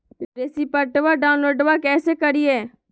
रेसिप्टबा डाउनलोडबा कैसे करिए?